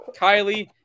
Kylie